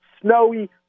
snowy